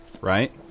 right